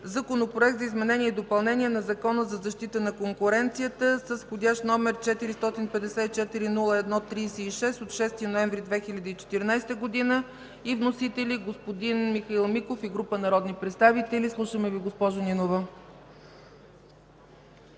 Законопроект за изменение и допълнение на Закона за защита на конкуренцията с вх. № 454-01-36 от 6 ноември 2014 г. и вносители господин Михаил Миков и група народни представители. Слушаме Ви, госпожо Нинова.